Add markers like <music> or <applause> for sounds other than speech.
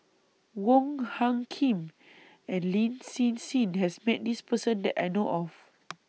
Wong Hung Khim and Lin Hsin Hsin has Met This Person that I know of <noise>